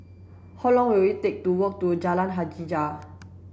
how long will it take to walk to Jalan Hajijah